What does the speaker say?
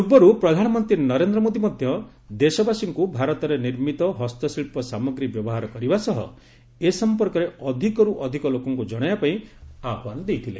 ପୂର୍ବରୁ ପ୍ରଧାନମନ୍ତ୍ରୀ ନରେନ୍ଦ୍ର ମୋଦୀ ମଧ୍ୟ ଦେଶବାସୀଙ୍କୁ ଭାରତରେ ନିର୍ମିତ ହସ୍ତଶିଳ୍ପ ସାମଗ୍ରୀ ବ୍ୟବହାର କରିବା ସହ ଏ ସମ୍ପର୍କରେ ଅଧିକରୁ ଅଧିକ ଲୋକଙ୍କୁ ଜଣାଇବା ପାଇଁ ଆହ୍ବାନ ଦେଇଥିଲେ